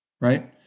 Right